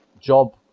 job